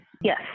Yes